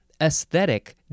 aesthetic